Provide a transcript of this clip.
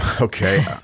Okay